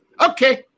Okay